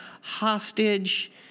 hostage